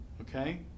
okay